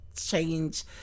change